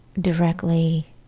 directly